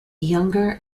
younger